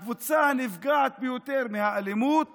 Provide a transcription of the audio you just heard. הקבוצה הנפגעת ביותר מהאלימות